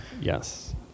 Yes